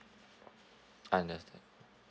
understand